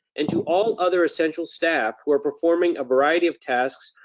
and to all other essential staff who are performing a variety of tasks,